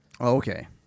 okay